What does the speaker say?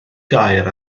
gair